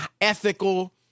ethical